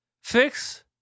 fix